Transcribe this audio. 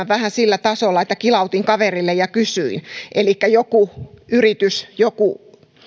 vähän sillä tasolla että kilautin kaverille ja kysyin elikkä joku yritys joku